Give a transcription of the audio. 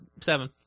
seven